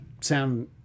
sound